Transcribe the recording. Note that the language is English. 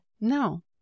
No